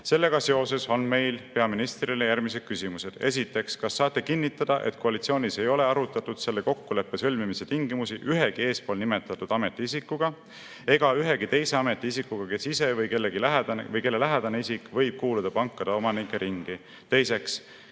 Sellega seoses on meil peaministrile järgmised küsimused. Esiteks, kas saate kinnitada, et koalitsioonis ei ole arutatud selle kokkuleppe sõlmimise tingimusi ühegi eespool nimetatud ametiisikuga ega ühegi teise ametiisikuga, kes ise või kelle lähedane isik kuulub pankade omanike ringi? Teiseks,